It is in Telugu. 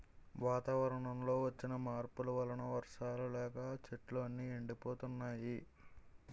వాతావరణంలో వచ్చిన మార్పుల వలన వర్షాలు లేక చెట్లు అన్నీ ఎండిపోతున్నాయి